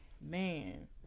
Man